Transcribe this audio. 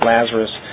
Lazarus